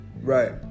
Right